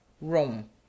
Rome